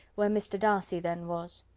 where mr. darcy then was.